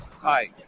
Hi